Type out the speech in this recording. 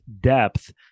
depth